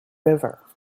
river